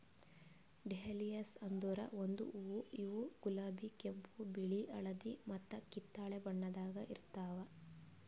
dahlias ಅಂದುರ್ ಒಂದು ಹೂವು ಇವು ಗುಲಾಬಿ, ಕೆಂಪು, ಬಿಳಿ, ಹಳದಿ ಮತ್ತ ಕಿತ್ತಳೆ ಬಣ್ಣದಾಗ್ ಇರ್ತಾವ್